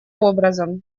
образом